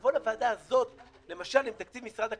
נבוא לוועדה הזאת, למשל, עם תקציב משרד הכלכלה.